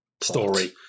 story